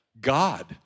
God